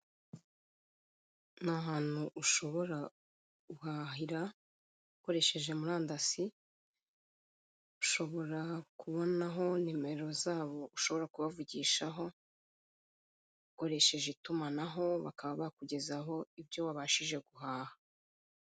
Ni ahantu ushobora guhahira ukoresheje murandasi, ushobora kubonaho nimero zabo ushobora kubavugishaho, ukoresheje itumanaho bakaba bakugezaho ibyo wabashije guhaha.